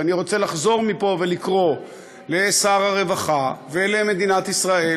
ואני רוצה לחזור ולקרוא מפה לשר הרווחה ולמדינת ישראל,